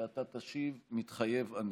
ואתה תשיב: "מתחייב אני".